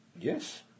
yes